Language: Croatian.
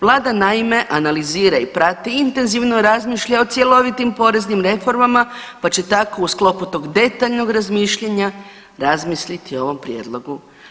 Vlada naime analizira i prati, intenzivno razmišlja o cjelovitim poreznim reformama pa će tako u sklopu tog detaljnog razmišljanja razmisliti o ovom prijedlogu.